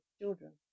children